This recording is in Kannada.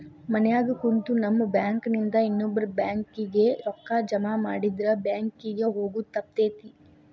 ಮನ್ಯಾಗ ಕುಂತು ನಮ್ ಬ್ಯಾಂಕ್ ನಿಂದಾ ಇನ್ನೊಬ್ಬ್ರ ಬ್ಯಾಂಕ್ ಕಿಗೆ ರೂಕ್ಕಾ ಜಮಾಮಾಡಿದ್ರ ಬ್ಯಾಂಕ್ ಕಿಗೆ ಹೊಗೊದ್ ತಪ್ತೆತಿ